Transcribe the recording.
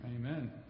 Amen